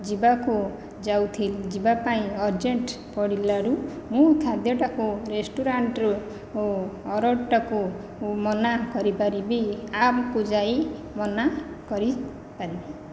ଯିବାକୁ ଯାଉଥି ଯିବାପାଇଁ ଅରଜେଣ୍ଟ ପଡ଼ିଲାରୁ ମୁଁ ଖାଦ୍ୟଟାକୁ ରେସ୍ତୋରାଁ ରୁ ମୁଁ ଅର୍ଡ଼ର ଟାକୁ ମୁଁ ମନା କରି ପାରିବି ଆପ୍ କୁ ଯାଇ ମନା କରିପାରିବି